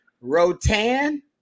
Rotan